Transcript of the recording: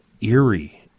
eerie